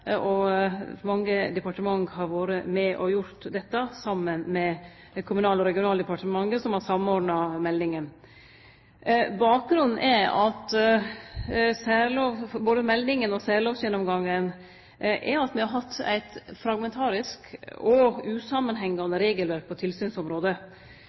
og mange departement har vore med på dette saman med Kommunal- og regionaldepartementet, som har samordna meldinga. Bakgrunnen for både meldinga og særlovsgjennomgangen er at me har hatt eit fragmentarisk og